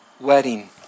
wedding